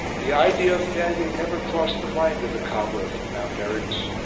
the idea of failure never crossed the mind of the cobbler from mount eryx.